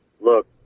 look